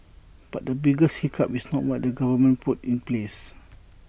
but the biggest hiccup is not what the government puts in place